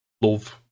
love